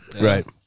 Right